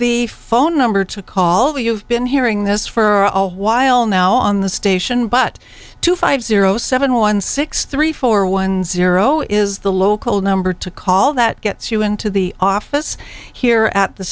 the phone number to call the you've been hearing this for a while now on the station but two five zero seven one six three four one zero is the local number to call that gets you into the office here at the